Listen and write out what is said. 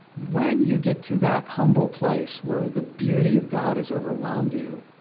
when you get to that humble place where the beauty of god has overwhelmed you,